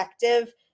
effective